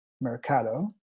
Mercado